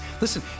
Listen